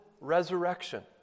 resurrection